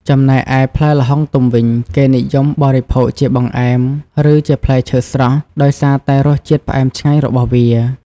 ចំណែកឯផ្លែល្ហុងទុំវិញ គេនិយមបរិភោគជាបង្អែម ឬជាផ្លែឈើស្រស់ដោយសារតែរសជាតិផ្អែមឆ្ងាញ់របស់វា។